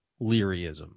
Learyism